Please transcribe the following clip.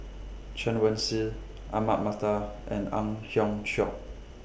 Chen Wen Hsi Ahmad Mattar and Ang Hiong Chiok